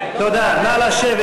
לסדר את